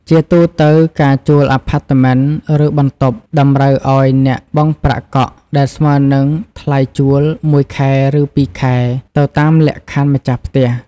ជាទូទៅ ការជួលអាផាតមិន ឬបន្ទប់តម្រូវឱ្យអ្នកបង់ប្រាក់កក់ ដែលស្មើនឹងថ្លៃជួល មួយ ខែ ឬ ពីរ ខែ ទៅតាមលក្ខខណ្ឌម្ចាស់ផ្ទះ។